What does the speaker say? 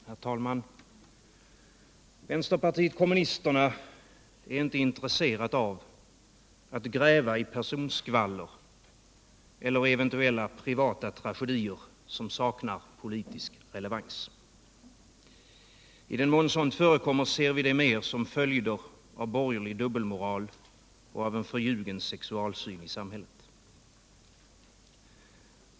Herr talman! Vänsterpartiet kommunisterna är inte intresserat av att gräva i personskvaller eller privata tragedier som sak nar politisk relevans. I den mån sådant förekommer ser vi det mer som följder av borgerlig dubbelmoral och en förljugen sexualsyn i samhället.